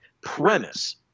premise